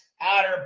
Outer